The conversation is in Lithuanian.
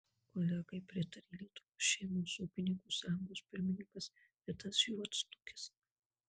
kolegai pritarė lietuvos šeimos ūkininkų sąjungos pirmininkas vidas juodsnukis